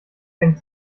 fängt